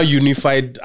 unified